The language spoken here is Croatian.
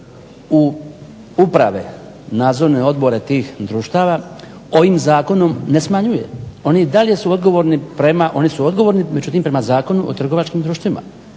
u uprave, nadzorne odbore tih društava, ovim zakonom ne smanjuje. Oni su i dalje odgovorni, međutim prema Zakonu o trgovačkim društvima.